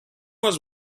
was